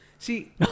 See